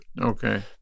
Okay